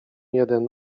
jeden